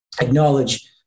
acknowledge